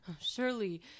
Surely